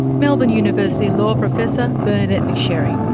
melbourne university law professor bernadette mcsherry.